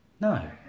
No